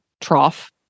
trough